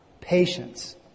patience